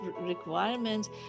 requirements